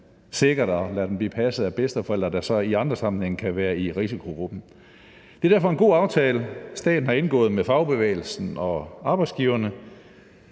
sikkert at lade dem blive passet af bedsteforældre, der så i andre sammenhænge kan være i risikogruppen. Det er derfor en god aftale, staten har indgået med fagbevægelsen og arbejdsgiverne.